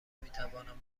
میتوانم